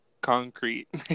concrete